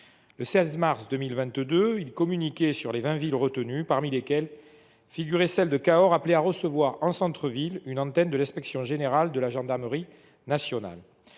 Le 16 mars 2022, il communiquait le nom des vingt retenues, parmi lesquelles figurait Cahors, appelée à recevoir, en centre ville, une antenne de l’inspection générale de la gendarmerie nationale